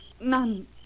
None